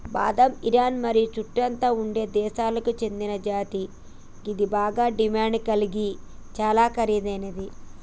బాదం ఇరాన్ మరియు చుట్టుతా ఉండే దేశాలకు సేందిన జాతి గిది బాగ డిమాండ్ గలిగి చాలా ఖరీదైనది